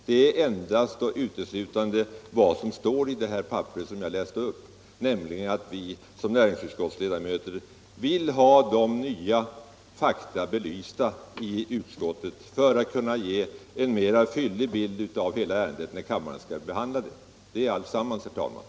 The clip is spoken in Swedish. Det är endast och uteslutande vad som står i det papper jag läste upp, som skall beaktas, nämligen att vi som utskottsledamöter vill ha alla nya fakta belysta i utskottet för att kunna ge en mer fyllig bild av hela ärendet när kammaren skall behandla det. Det är alltsammans, herr talman.